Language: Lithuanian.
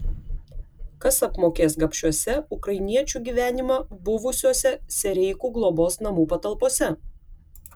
kas apmokės gabšiuose ukrainiečių gyvenimą buvusiuose sereikų globos namų patalpose